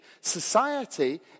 society